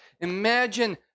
Imagine